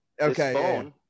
Okay